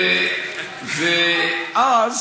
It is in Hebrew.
זה אומר,